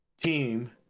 team